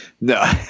No